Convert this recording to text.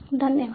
धन्यवाद